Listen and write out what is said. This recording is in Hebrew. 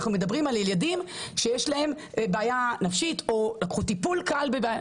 אנחנו מדברים על ילדים שיש להם בעיה נפשית או לקחו טיפול קל.